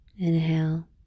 Inhale